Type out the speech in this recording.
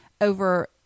over